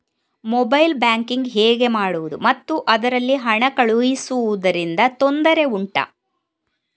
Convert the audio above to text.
mobile banking ಹೇಗೆ ಮಾಡುವುದು ಮತ್ತು ಅದರಲ್ಲಿ ಹಣ ಕಳುಹಿಸೂದರಿಂದ ತೊಂದರೆ ಉಂಟಾ